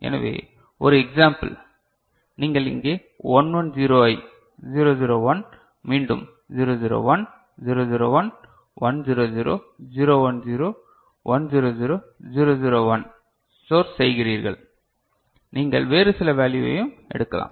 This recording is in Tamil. எனவே ஒரு எக்ஸாம்பிள் நீங்கள் இங்கே 1 1 0 ஐ 0 0 1 மீண்டும் 0 0 1 0 0 1 1 0 0 0 1 0 1 0 0 0 0 1 ஸ்டோர் செய்கிறீர்கள் நீங்கள் வேறு சில வேல்யுவையும் எடுக்கலாம்